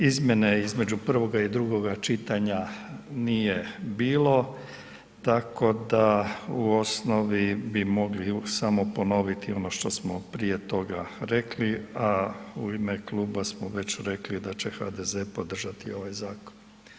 Izmjene između prvoga i drugoga čitanja nije bilo tako da u osnovi bi mogli samo ponoviti ono što smo prije toga rekli a u ime kluba smo već rekli da će HDZ podržati ovaj zakon.